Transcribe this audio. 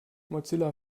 mozilla